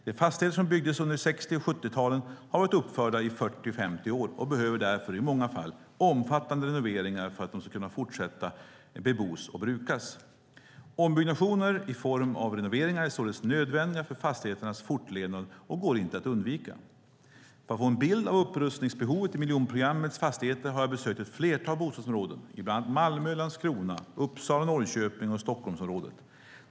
De fastigheter som byggdes under 60 och 70-talen har varit uppförda i 40-50 år och behöver därför, i många fall, omfattande renoveringar för att de ska kunna fortsätta bebos och brukas. Ombyggnationer i form av renoveringar är således nödvändiga för fastigheternas fortlevnad och går inte att undvika. För att få en bild av upprustningsbehovet i miljonprogrammets fastigheter har jag besökt ett flertal bostadsområden i bland annat Malmö, Landskrona, Uppsala, Norrköping och Stockholmsområdet.